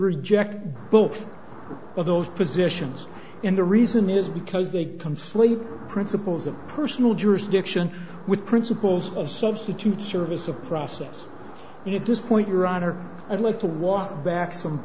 reject both of those positions and the reason is because they conflate principles of personal jurisdiction with principles of substitute service of process you just point your honor i'd like to walk back some